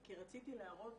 כי רציתי להראות